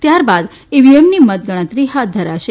ત્યારબાદ ઇવીએમની મતગણતરી હાથ ધરાશે